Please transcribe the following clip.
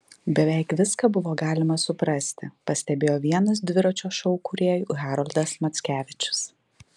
beveik viską buvo galima suprasti pastebėjo vienas dviračio šou kūrėjų haroldas mackevičius